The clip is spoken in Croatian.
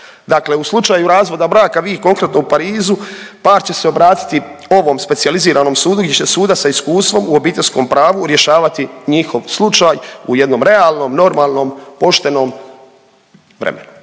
dakle u slučaju razvoda braka vi konkretno u Parizu par će se obratiti ovom specijaliziranom sudu gdje će sudac s iskustvom u obiteljskom pravu rješavati njihov slučaj u jednom realnom, normalnom, poštenom vremenu.